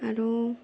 আৰু